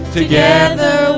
together